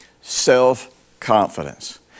self-confidence